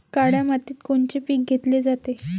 काळ्या मातीत कोनचे पिकं घेतले जाते?